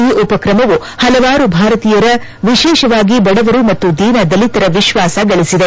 ಈ ಉಪಕ್ರಮವು ಹಲವಾರು ಭಾರತೀಯರ ವಿಶೇಷವಾಗಿ ಬಡವರು ಮತ್ತು ದೀನ ದಲಿತರ ವಿಶ್ವಾಸ ಗಳಿಸಿದೆ